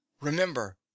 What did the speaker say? remember